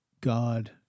god